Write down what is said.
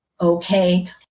okay